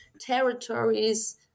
territories